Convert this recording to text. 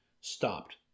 Stopped